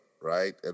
right